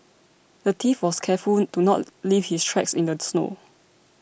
the thief was careful to not leave his tracks in the snow